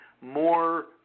More